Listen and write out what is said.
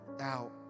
out